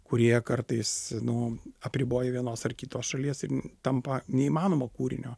kurie kartais nu apriboja vienos ar kitos šalies ir tampa neįmanoma kūrinio